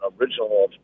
original